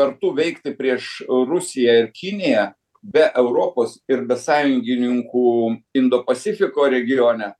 kartu veikti prieš rusiją ir kiniją be europos ir be sąjungininkų indo pasifiko regione